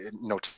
no